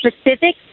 specific